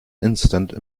instant